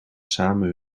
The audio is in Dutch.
samen